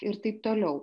ir taip toliau